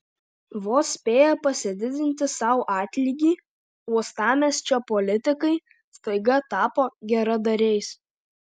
vos spėję pasididinti sau atlygį uostamiesčio politikai staiga tapo geradariais